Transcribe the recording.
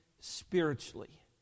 spiritually